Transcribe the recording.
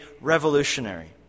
revolutionary